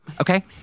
okay